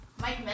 Mike